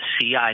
CI